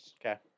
Okay